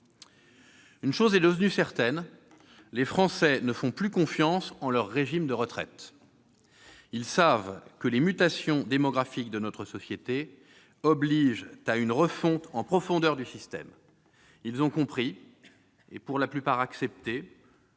Une chose est devenue certaine : les Français ne font plus confiance à leurs régimes de retraite. Ils savent que les mutations démographiques de notre société obligent à une refonte en profondeur du système. Ils ont compris, et pour la plupart accepté-